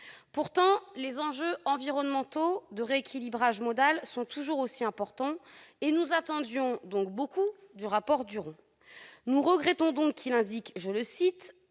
Pourtant, les enjeux environnementaux de rééquilibrage modal sont toujours aussi importants. Nous attendions donc beaucoup du rapport Duron. Nous regrettons que son auteur écrive